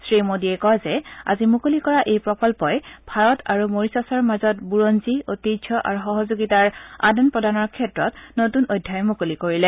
শ্ৰীমোডীয়ে কয় যে আজি মুকলি কৰা এই প্ৰকল্পই ভাৰত আৰু মৰিচাচৰ মাজত বুৰঞ্জী ঐতিহ্য আৰু সহযোগিতাৰ আদান প্ৰদানৰ ক্ষেত্ৰত নতুন অধ্যায় মুকলি কৰিলে